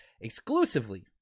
exclusively